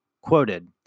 quoted